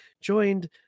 joined